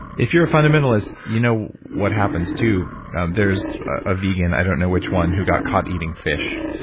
if you're a fundamentalist, you know what happens too there's a vegan, i don't know which one, who got caught eating fish.